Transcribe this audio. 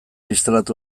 instalatu